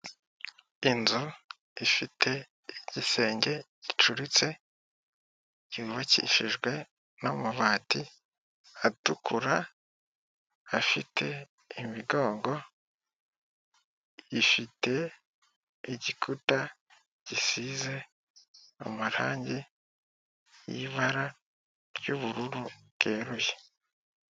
Inzu ifite igisenge gucuritse, cyubakishijwe n'amabati atukura, afite imigongo, ifite igikuta gisize amarangi y'ibara ry'ubururu bweruye.